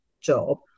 job